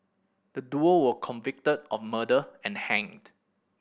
the duo were convicted of murder and hanged